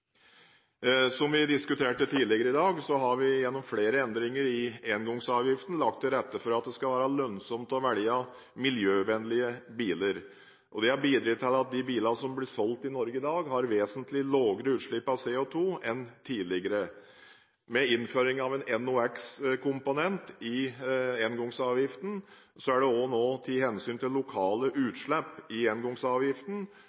Som vi diskuterte tidligere i dag, har vi gjennom flere endringer i engangsavgiften lagt til rette for at det skal være lønnsomt å velge miljøvennlige biler. Dette har bidratt til at de bilene som blir solgt i Norge i dag, har vesentlig lavere utslipp av CO2 enn tidligere. Med innføringen av en NOx-komponent i engangsavgiften er det nå også tatt hensyn til lokale